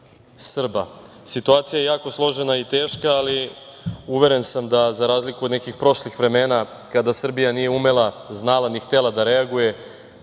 Srba. Situacija je jako složena i teška, ali uveren sam da za razliku od nekih prošlih vremena kada Srbija nije umela, znala, ni htela da reaguje,